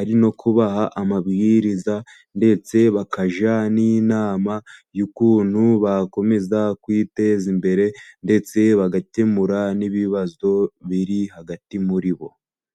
ari no kubaha amabwiriza ndetse bakajya n'inama y'ukuntu bakomeza kuyiteza imbere, ndetse bagakemura n'ibibazo biri hagati muri bo.